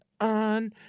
on